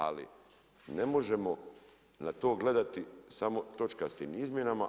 Ali ne možemo na to gledati samo točkastim izmjenama.